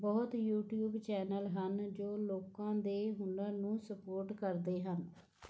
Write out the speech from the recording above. ਬਹੁਤ YouTube channel ਹਨ ਜੋ ਲੋਕਾਂ ਦੇ ਹੁਨਰ ਨੂੰ ਸਪੋਟ ਕਰਦੇ ਹਨ